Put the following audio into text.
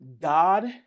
God